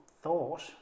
thought